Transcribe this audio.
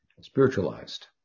spiritualized